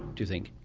do you think?